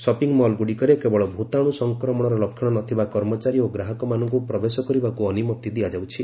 ସପିଂମଲ୍ଗୁଡ଼ିକରେ କେବଳ ଭୂତାଣୁ ସଂକ୍ରମଣର ଲକ୍ଷଣ ନଥିବା କର୍ମଚାରୀ ଓ ଗ୍ରାହକମାନଙ୍କୁ ପ୍ରବେଶ କରିବାକୁ ଅନୁମତି ଦିଆଯାଉଛି